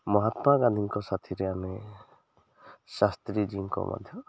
ମହାତ୍ମା ଗାନ୍ଧୀଙ୍କ ସାଥିରେ ଆମେ ଶାସ୍ତ୍ରୀଜୀଙ୍କ ମଧ୍ୟ